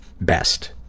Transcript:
Best